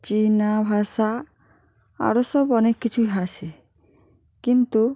চীনা ভাষা আরও সব অনেক কিছুই হাসে কিন্তু